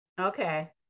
Okay